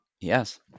Yes